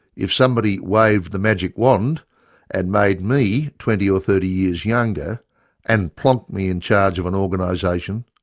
if somebody waved the magic wand and made me twenty or thirty years younger and plonked me in charge of an organisation,